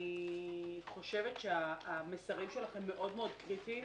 אני חושבת שהמסרים שלכם מאוד מאוד קריטיים